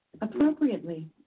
Appropriately